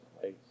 place